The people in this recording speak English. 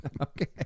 Okay